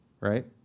right